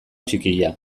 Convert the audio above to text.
txikia